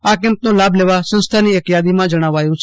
આ કેમ્પનો લાભ લેવા સંસ્થાની બેંક યાદીમાં જણાવાયું છે